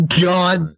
God